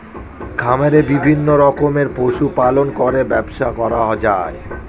খামারে বিভিন্ন রকমের পশু পালন করে ব্যবসা করা হয়